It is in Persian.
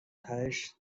تهش